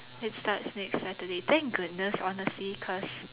it starts next Saturday thank goodness honestly cause